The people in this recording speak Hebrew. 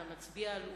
אלא מצביע על עובדה.